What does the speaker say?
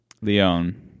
leon